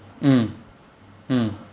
mm ya ya ya I agre